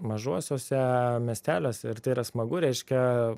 mažuosiuose miesteliuose ir tai yra smagu reiškia